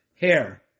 hair